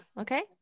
Okay